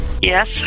Yes